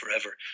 forever